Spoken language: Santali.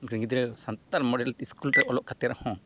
ᱩᱱᱠᱤᱱ ᱜᱤᱫᱽᱨᱟᱹ ᱥᱟᱱᱛᱟᱲ ᱛᱮ ᱚᱞᱚᱜ ᱠᱟᱛᱮᱫ ᱦᱚᱸ